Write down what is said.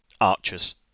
archers